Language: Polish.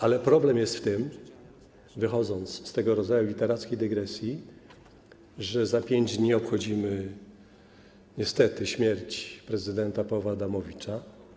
Ale problem jest w tym, wychodząc z tego rodzaju literackiej dygresji, że za 5 dni obchodzimy niestety śmierć prezydenta Pawła Adamowicza.